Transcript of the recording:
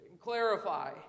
Clarify